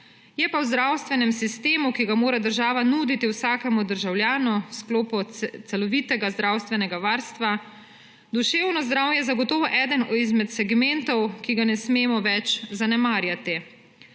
je pa v zdravstvenem sistemu, ki ga mora država nuditi vsakemu državljanu v sklopu celovitega zdravstvenega varstva, duševno zdravje zagotovo eden izmed segmentov, ki ga ne smemo več zanemarjati.